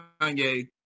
Kanye